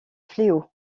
fléau